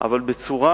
אבל בצורה